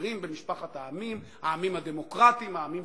חברים במשפחת העמים, העמים הדמוקרטיים, העמים